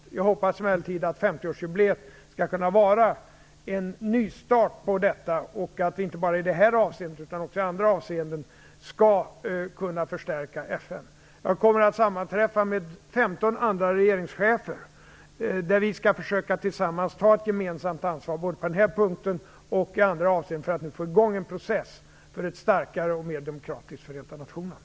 Jag hoppas emellertid att 50-årsjubileet kan vara en nystart på detta och att det går att inte bara i detta avseende utan också i andra avseenden förstärka FN. Jag kommer att sammanträffa med 15 andra regeringschefer. Vi skall tillsammans försöka ta ett gemensamt ansvar både på den här punkten och i andra avseenden för att få i gång en process för ett starkare och mera demokratiskt Förenta nationerna.